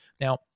Now